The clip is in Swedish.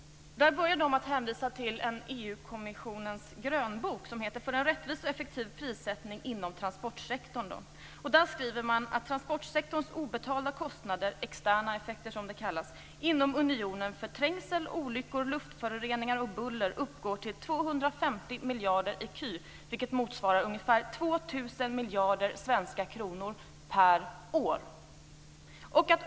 Man börjar med att hänvisa till EU kommissionens grönbok För en rättvis och effektiv prissättning inom transportsektorn. Där står det att transportsektorns obetalda kostnader - externa effekter, som det kallas - inom unionen för trängsel, olyckor, luftföroreningar och buller uppgår till 250 2 000 miljarder svenska kronor per år.